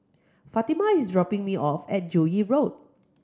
Fatima is dropping me off at Joo Yee Road